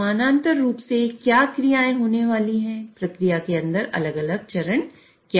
समानांतर रूप से क्या क्रियाएं होने वाली हैं प्रक्रिया के अंदर अलग अलग चरण क्या हैं